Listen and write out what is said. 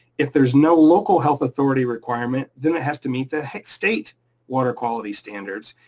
if there's no local health authority requirement, then it has to meet the head state water quality standards.